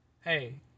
hey